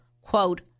quote